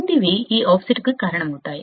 కిందివి ఈ ఆఫ్సెట్కు కారణమవుతాయి